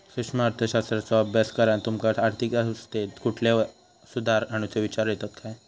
सूक्ष्म अर्थशास्त्राचो अभ्यास करान तुमका आर्थिक अवस्थेत कुठले सुधार आणुचे विचार येतत काय?